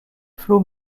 flots